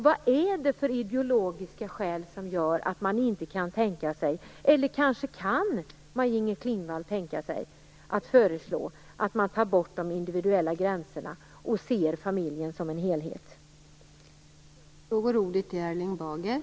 Vad är det för ideologiska skäl som gör att man inte kan tänka sig att föreslå att man tar bort de individuella gränserna och ser familjen som en helhet? Eller kan kanske Maj-Inger Klingvall tänka sig det?